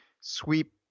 sweep